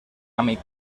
amic